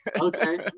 okay